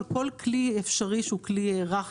כל כלי אפשרי שהוא כלי רך,